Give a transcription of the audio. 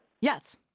Yes